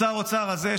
שר האוצר הזה,